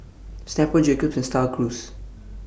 Snapple Jacob's and STAR Cruise